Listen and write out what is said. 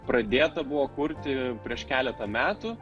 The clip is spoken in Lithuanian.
pradėta buvo kurti prieš keletą metų